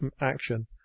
action